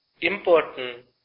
important